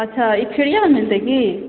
अच्छा ई फ्रीएमे मिलतै की